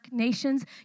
nations